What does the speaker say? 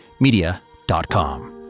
Media.com